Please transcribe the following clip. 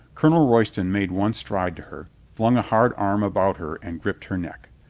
colonel royston made one stride to her, flung a hard arm about her and gripped her neck.